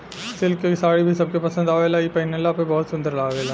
silk के साड़ी भी सबके पसंद आवेला इ पहिनला पर बहुत सुंदर लागेला